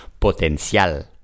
Potencial